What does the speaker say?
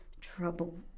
trouble